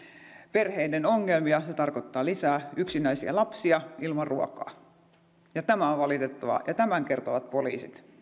perheiden ongelmia se tarkoittaa lisää yksinäisiä lapsia ilman ruokaa tämä on valitettavaa ja tämän kertovat poliisit